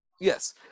Yes